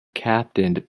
captained